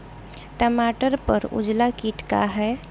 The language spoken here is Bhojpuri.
टमाटर पर उजला किट का है?